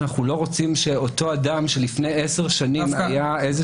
שאנחנו לא רוצים שאותו אדם שלפני עשר שנים היה איזה